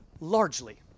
Largely